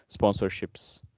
sponsorships